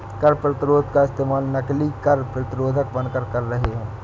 कर प्रतिरोध का इस्तेमाल नकली कर प्रतिरोधक बनकर कर रहे हैं